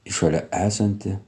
į šalia esantį